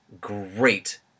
great